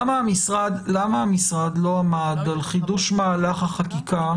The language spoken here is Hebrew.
מדוע המשרד לא עמד על חידוש מהלך החקיקה